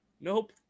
Nope